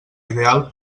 ideal